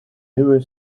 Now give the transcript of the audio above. nieuwe